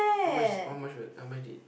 how much oh how much was how much is